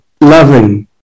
loving